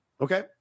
Okay